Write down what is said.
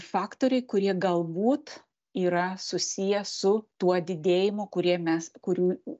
faktoriai kurie galbūt yra susiję su tuo didėjimu kurie mes kurių